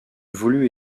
voulus